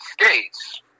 States